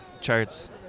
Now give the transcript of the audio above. charts